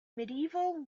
medieval